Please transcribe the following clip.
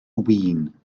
win